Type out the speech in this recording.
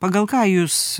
pagal ką jūs